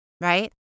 right